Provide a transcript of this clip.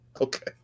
Okay